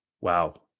Wow